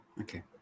okay